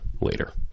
later